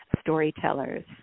storytellers